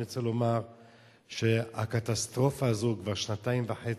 אני רוצה לומר שהקטסטרופה הזאת בשנתיים וחצי,